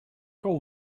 call